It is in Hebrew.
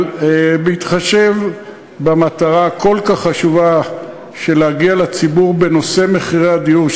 אבל בהתחשב במטרה הכל-כך חשובה של להגיע לציבור בנושא מחירי הדיור,